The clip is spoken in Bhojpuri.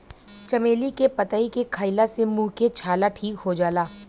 चमेली के पतइ के खईला से मुंह के छाला ठीक हो जाला